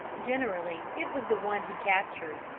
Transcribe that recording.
generally it was the one he captured,